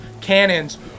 cannons